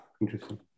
Interesting